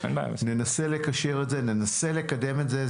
ננסה לקשר את זה, ננסה לקדם את זה.